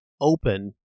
open